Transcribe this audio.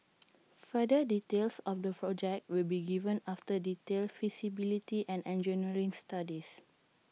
further details of the projects will be given after detailed feasibility and engineering studies